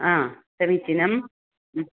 हा समीचीनं